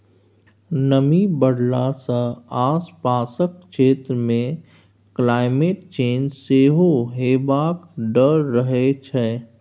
नमी बढ़ला सँ आसपासक क्षेत्र मे क्लाइमेट चेंज सेहो हेबाक डर रहै छै